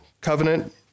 covenant